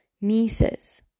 nieces